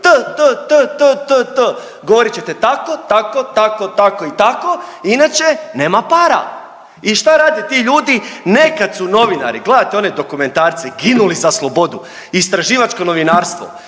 t, t, t, t, t, t, govorit ćete tako, tako, tako, tako i tako, inače nema para i šta rade ti ljudi? Nekad su novinari, gledajte one dokumentarce, ginuli za slobodu istraživačko novinarstvo.